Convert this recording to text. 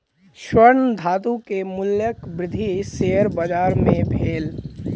स्वर्ण धातु के मूल्यक वृद्धि शेयर बाजार मे भेल